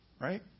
right